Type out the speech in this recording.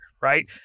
right